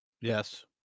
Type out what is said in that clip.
Yes